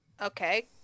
Okay